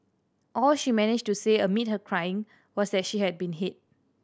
all she managed to say amid her crying was that she had been hit